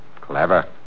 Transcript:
Clever